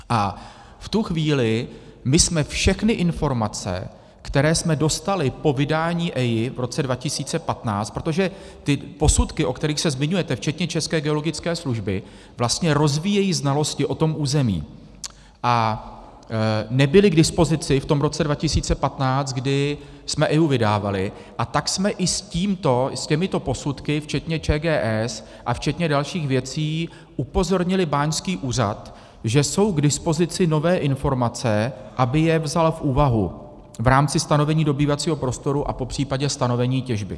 V tu chvíli my jsme všechny informace, které jsme dostali po vydání EIA v roce 2015 protože ty posudky, o kterých se zmiňujete, včetně České geologické služby, vlastně rozvíjejí znalosti o tom území a nebyly k dispozici v tom roce 2015, kdy jsme EIA vydávali, a tak jsme i s těmito posudky včetně ČGS a včetně dalších věcí upozornili báňský úřad, že jsou k dispozici nové informace, aby je vzal v úvahu v rámci stanovení dobývacího prostoru a popřípadě stanovení těžby.